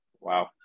Wow